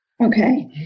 Okay